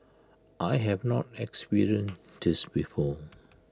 I have not experienced this before